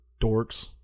dorks